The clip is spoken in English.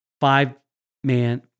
five-man